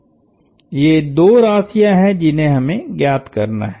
ये दो राशियां हैं जिन्हें हमें ज्ञात करना है